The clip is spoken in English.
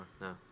no